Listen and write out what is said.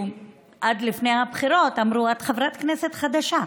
עד לפני הבחירות אמרו: את חברת כנסת חדשה.